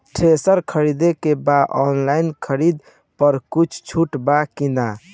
Thresher खरीदे के बा ऑनलाइन खरीद पर कुछ छूट बा कि न?